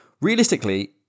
realistically